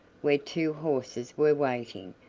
where two horses were waiting,